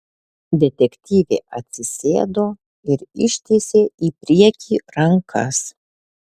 detektyvė atsisėdo ir ištiesė į priekį rankas